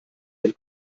den